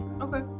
Okay